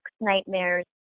nightmares